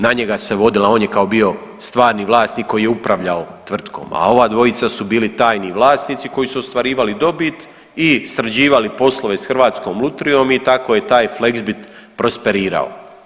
Na njega se vodila, on je kao bio stvarni vlasnik koji je upravljao tvrtkom, a ova dvojica su bili tajni vlasnici koji su ostvarivali dobit i sređivali poslove sa Hrvatskom lutrijom i tako je taj Fleksbit prosperirao.